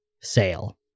sale